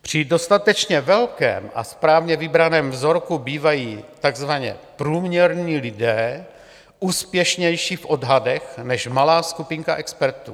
Při dostatečně velkém a správně vybraném vzorku bývají takzvaně průměrní lidé úspěšnější v odhadech než malá skupinka expertů.